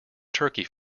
turkey